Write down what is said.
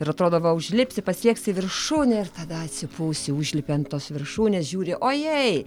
ir atrodo va užlipsi pasieksi viršūnę ir tada atsipūsiu užlipi ant tos viršūnės žiūri o jei